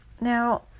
Now